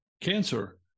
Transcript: cancer